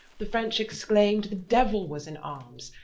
the french exclaym'd, the deuill was in armes,